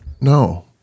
no